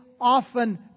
often